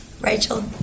Rachel